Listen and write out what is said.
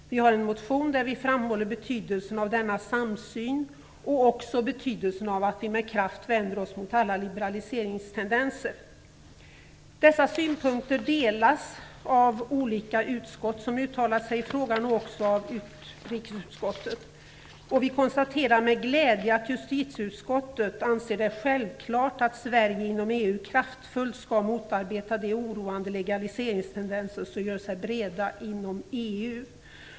Vi har lagt fram en motion där vi framhåller betydelsen av denna samsyn och att vi med kraft vänder oss mot alla liberaliseringstendenser. Dessa synpunkter delas av olika utskott som uttalar sig i frågan och också av utrikesutskottet. Vi konstaterar med glädje att justitieutskottet anser det självklart att Sverige inom EU kraftfullt skall motarbeta de oroande legaliseringstendenser som gör sig breda inom EU.